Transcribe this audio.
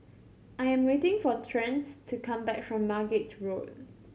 I am waiting for Trent to come back from Margate Road